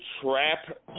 trap